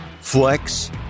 flex